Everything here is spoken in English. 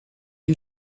you